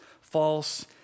false